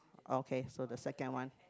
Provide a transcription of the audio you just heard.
okay so the second one